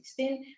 2016